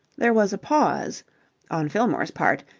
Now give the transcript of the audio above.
there was a pause on fillmore's part,